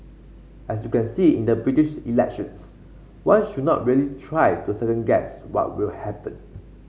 as you can see in the British elections one should not really try to second guess what will happen